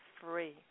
free